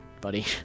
buddy